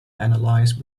analyze